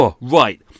right